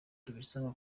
tubisanga